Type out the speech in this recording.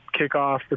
kickoff